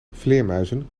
vleermuizen